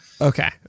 Okay